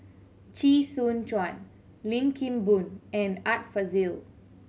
Chee Soon Juan Lim Kim Boon and Art Fazil